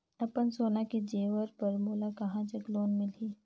अपन सोना के जेवर पर मोला कहां जग लोन मिलही?